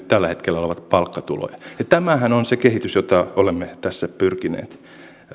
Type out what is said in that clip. tällä hetkellä ovat palkkatuloja ja tämähän on se kehitys jota olemme tässä pyrkineet